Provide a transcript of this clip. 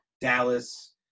Dallas